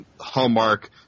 hallmark